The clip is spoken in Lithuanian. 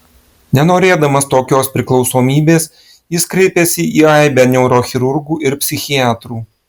nenorėdamas tokios priklausomybės jis kreipėsi į aibę neurochirurgų ir psichiatrų